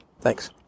Thanks